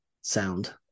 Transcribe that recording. sound